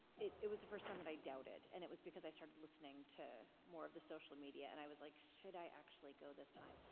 it it was the first time that i doubted, and it was because i started listening to more of the social media, and i was like, should i actually go this time?